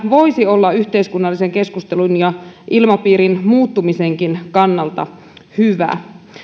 voisi olla yhteiskunnallisen keskustelun ja ilmapiirin muuttumisenkin kannalta hyvä